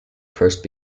first